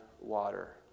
water